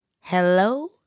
Hello